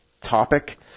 topic